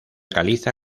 caliza